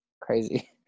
Crazy